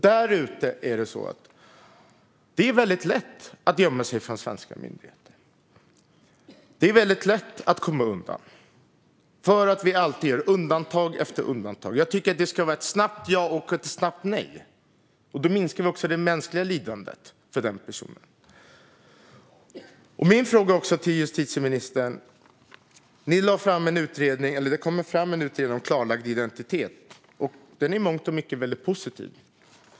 Där ute är det väldigt lätt att gömma sig för de svenska myndigheterna och väldigt lätt att komma undan, därför att vi alltid gör undantag efter undantag. Jag tycker att det ska vara ett snabbt ja eller ett snabbt nej. Då minskar vi också det mänskliga lidandet för personerna. Jag har en fråga till justitieministern. Det kom en utredning, Klarlagd identitet , som i mångt och mycket är positiv.